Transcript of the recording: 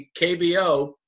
KBO